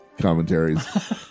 commentaries